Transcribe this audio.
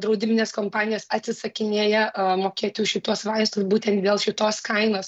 draudiminės kompanijos atsisakinėja mokėti už šituos vaistus būtent dėl šitos kainos